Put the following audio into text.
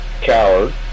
coward